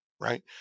right